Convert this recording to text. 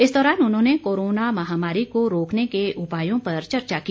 इस दौरान उन्होंने कोरोना महामारी को रोकने के उपायों पर चर्चा की